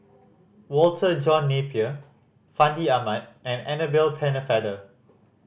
Walter John Napier Fandi Ahmad and Annabel Pennefather